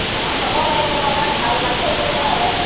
অ' হ'ব বাইদেউ মই আপোনাক ভাল মাংসই দিওঁ নহয় সদায়